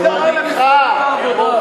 מה קרה למספרים בעבודה?